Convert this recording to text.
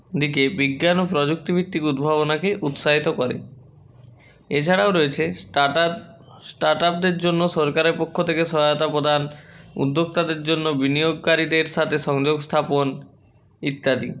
দিকে বিজ্ঞান ও প্রযুক্তিভিত্তিক উদ্ভাবনাকে উৎসাহিত করে এছাড়াও রয়েছে স্টার্টাপ স্টার্টাপদের জন্য সরকারের পক্ষ থেকে সহায়তা প্রদান উদ্যোক্তাদের জন্য বিনিয়োগকারীদের সাথে সংযোগ স্থাপন ইত্যাদি